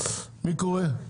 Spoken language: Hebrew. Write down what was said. מי קורא?